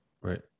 right